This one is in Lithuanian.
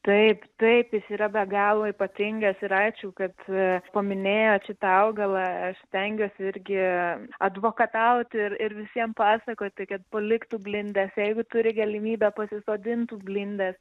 taip taip jis yra be galo ypatingas ir ačiū kad paminėjot šitą augalą aš stengiuos irgi advokatauti ir ir visiem pasakoti kad paliktų blindes jeigu turi galimybę pasisodintų blindes